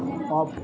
off